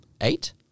Eight